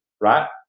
right